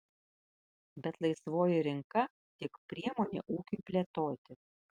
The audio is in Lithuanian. bet laisvoji rinka tik priemonė ūkiui plėtoti